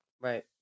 right